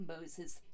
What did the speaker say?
Moses